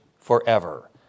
forever